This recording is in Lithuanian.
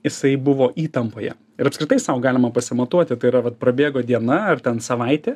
jisai buvo įtampoje ir apskritai sau galima pasimatuoti tai yra vat prabėgo diena ar ten savaitė